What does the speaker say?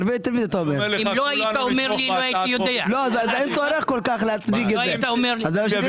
אין צורך כל כך להצדיק את זה.